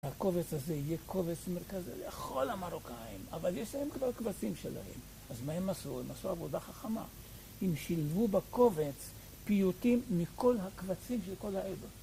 הקובץ הזה יהיה קובץ מרכז לכל המרוקאים, אבל יש להם כבר קבצים שלהם. אז מה הם עשו? הם עשו עבודה חכמה. הם שילבו בקובץ פיוטים מכל הקבצים של כל העבר.